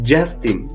Justin